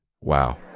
Wow